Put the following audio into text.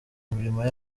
imirimo